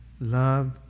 love